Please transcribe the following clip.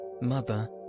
Mother